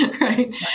right